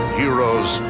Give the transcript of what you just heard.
heroes